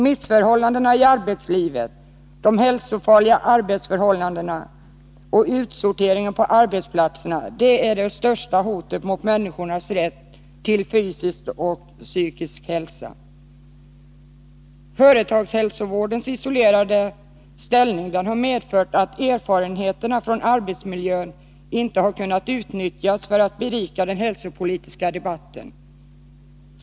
Missförhållandena i arbetslivet, de hälsofarliga arbetsförhållandena och utsorteringen från arbetsplatserna är det största hotet mot människors rätt till fysisk och psykisk hälsa. Företagshälsovårdens isolerade ställning har medfört att erfarenheterna från arbetsmiljön inte har kunnat utnyttjas för att berika den hälsopolitiska debatten.